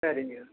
சரிங்க